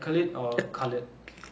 kalid or coloured